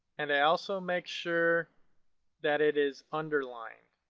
and i also make sure that it is underlined.